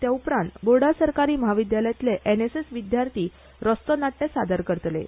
ते उपरांत बोर्डा सरकारी म्हाविद्यालयांत एनएसएस विद्यार्थी पथनाट्य सादर करतलें